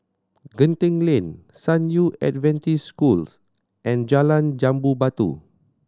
Genting Lane San Yu Adventist Schools and Jalan Jambu Batu